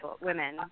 women